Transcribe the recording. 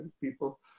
people